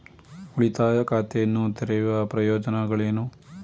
ಉಳಿತಾಯ ಖಾತೆಯನ್ನು ತೆರೆಯುವ ಪ್ರಯೋಜನಗಳೇನು?